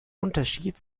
unterschied